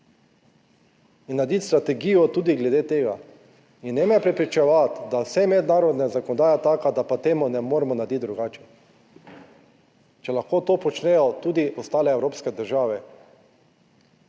In narediti strategijo tudi glede tega in ne me prepričevati, da saj je mednarodna zakonodaja taka, da pa temu ne moremo narediti drugače, če lahko to počnejo tudi ostale evropske države,